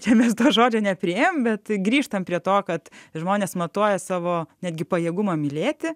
čia mes dar žodžio nepriėjome bet grįžtam prie to kad žmonės matuoja savo netgi pajėgumą mylėti